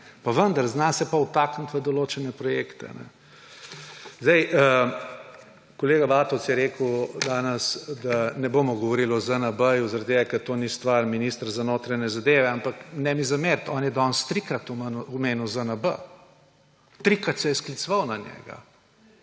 pa vendar, zna se pa vtakniti v določene projekte. Kolega Vatovec je rekel danes, da ne bomo govorili o ZNB, ker to ni stvar ministra za notranje zadeve. Ampak ne mi zameriti, on je danes trikrat omenil ZNB. Trikrat se je skliceval na njega.